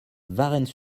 varennes